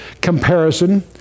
comparison